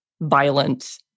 violent